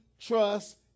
trust